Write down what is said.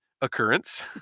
occurrence